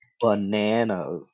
banana